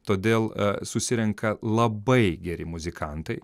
todėl susirenka labai geri muzikantai